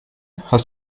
hast